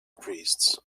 priests